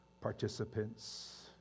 participants